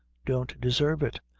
don't deserve it,